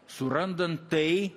surandant tai